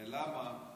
ולמה?